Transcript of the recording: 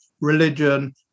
religion